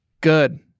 Good